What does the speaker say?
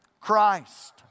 Christ